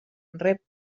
rep